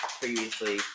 previously